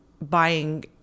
buying